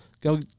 go